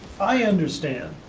i understand